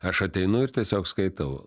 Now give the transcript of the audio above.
aš ateinu ir tiesiog skaitau